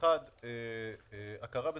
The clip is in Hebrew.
הגישו